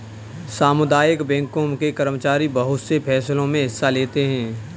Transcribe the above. सामुदायिक बैंकों के कर्मचारी बहुत से फैंसलों मे हिस्सा लेते हैं